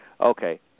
okay